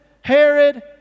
Herod